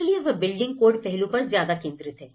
इसलिए वह building code पहलू पर ज्यादा केंद्रित है